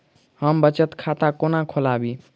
हम बचत खाता कोना खोलाबी?